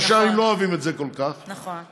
ראשי ערים לא אוהבים את זה כל כך, נכון.